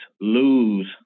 lose